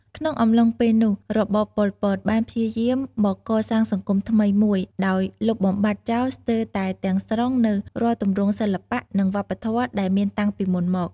ក្នុងអំឡុងពេលនោះ របបប៉ុល ពត បានព្យាយាមកសាងសង្គមថ្មីមួយដោយលុបបំបាត់ចោលស្ទើរតែទាំងស្រុងនូវរាល់ទម្រង់សិល្បៈ និងវប្បធម៌ដែលមានតាំងពីមុនមក។